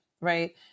right